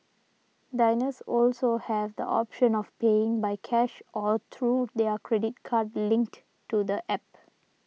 diners also have the option of paying by cash or through their credit card linked to the App